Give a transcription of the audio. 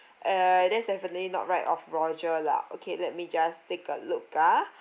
uh that's definitely not right of roger lah okay me just take look ah